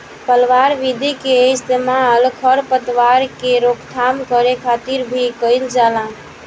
पलवार विधि के इस्तेमाल खर पतवार के रोकथाम करे खातिर भी कइल जाला